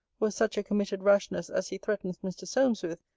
were such a committed rashness as he threatens mr. solmes with,